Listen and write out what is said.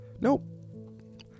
Nope